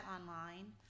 online